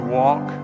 walk